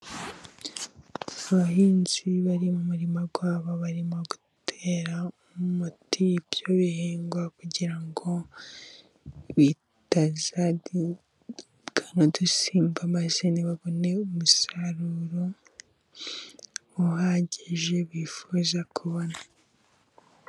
Abahinzi bari mu murima wabo, barimo gutera umuti ibyo bihingwa kugira ngo bitazaribwa n'udusimba, maze babone umusaruro uhagije bifuza kubona.